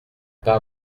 pas